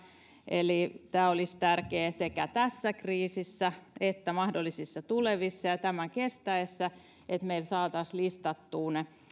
eli olisi tärkeää sekä tässä kriisissä että mahdollisissa tulevissa ja tämän kestäessä että me saisimme listattua ne